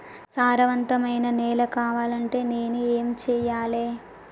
సారవంతమైన నేల కావాలంటే నేను ఏం చెయ్యాలే?